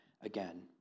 again